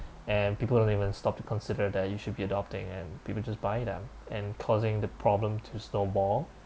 and people don't even stop to consider that you should be adopting and people just buy them and causing the problem to snowball